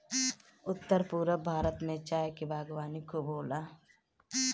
उत्तर पूरब भारत में चाय के बागवानी खूब होला